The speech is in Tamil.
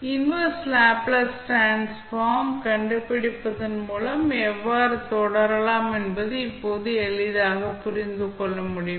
இன்வெர்ஸ் லேப்ளேஸ் டிரான்ஸ்ஃபார்ம் கண்டுபிடிப்பதன் மூலம் எவ்வாறு தொடரலாம் என்பதை இப்போது எளிதாக புரிந்து கொள்ள முடியும்